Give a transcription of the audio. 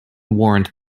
warrant